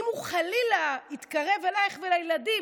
אם הוא חלילה יתקרב אלייך ואל הילדים,